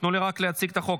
תנו לי רק להציג את החוק.